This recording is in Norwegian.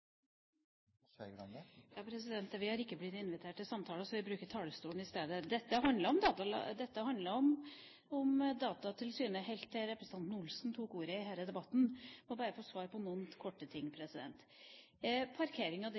Skei Grande har hatt ordet to ganger tidligere og får ordet til en kort merknad, begrenset til 1 minutt. Vi har ikke blitt invitert til samtaler, så vi bruker talestolen i stedet. Dette handlet om Datatilsynet helt til representanten Ingalill Olsen tok ordet i debatten. Jeg må bare få svare kort på noe. Først til parkering av